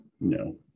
no